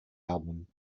album